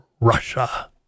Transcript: Russia